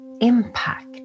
impact